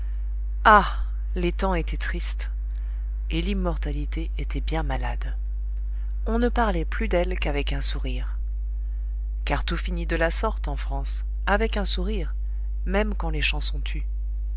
les temps étaient tristes et l'immortalité était bien malade on ne parlait plus d'elle qu'avec un sourire car tout finit de la sorte en france avec un sourire même quand les chansons tuent